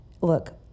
look